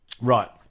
Right